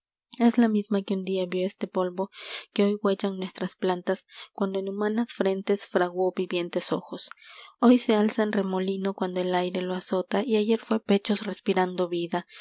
es la misma que un día vio este polvo que hoy huellan nuestras plantas cuando en humanas frentes fraguó vivientes ojos hoy se alza en remolino cuando el aire lo azota y ayer fué pechos respirando vida